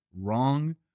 wrong